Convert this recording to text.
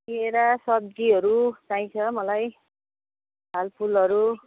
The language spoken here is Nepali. केरा सब्जीहरू चाहिन्छ मलाई फलफुलहरू